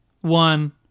one